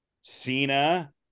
Cena